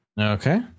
Okay